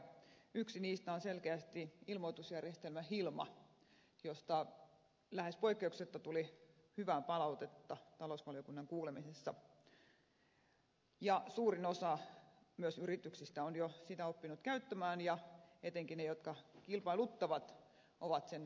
yksi niistä on selkeästi ilmoitusjärjestelmä hilma josta lähes poikkeuksetta tuli hyvää palautetta talousvaliokunnan kuulemisessa ja suurin osa myös yrityksistä on jo sitä oppinut käyttämään ja etenkin ne jotka kilpailuttavat ovat sen omaksuneet